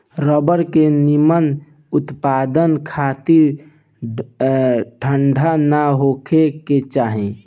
rubber के निमन उत्पदान खातिर ठंडा ना होखे के चाही